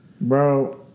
Bro